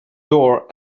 door